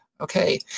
okay